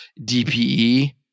DPE